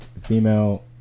female